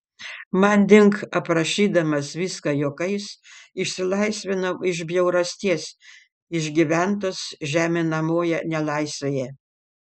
manding aprašydamas viską juokais išsilaisvinau iš bjaurasties išgyventos žeminamoje nelaisvėje